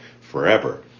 forever